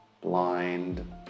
Blind